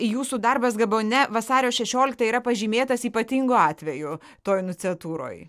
jūsų darbas gabone vasario šešioliktąją yra pažymėtas ypatingu atveju toj nuciatūroj